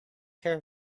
care